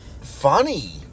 funny